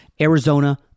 Arizona